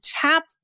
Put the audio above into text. tap